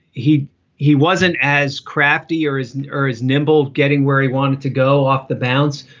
he he wasn't as crafty or as and or as nimble getting where he wanted to go off the bounce.